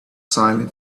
silent